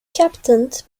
captained